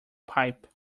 pipe